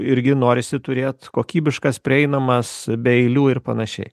irgi norisi turėt kokybiškas prieinamas be eilių ir panašiai